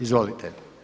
Izvolite.